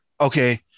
okay